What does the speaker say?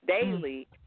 daily